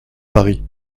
paris